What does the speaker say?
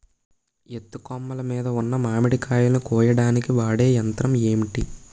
ఎత్తు కొమ్మలు మీద ఉన్న మామిడికాయలును కోయడానికి వాడే యంత్రం ఎంటి?